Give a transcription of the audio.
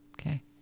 Okay